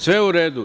Sve je u redu.